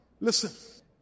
Listen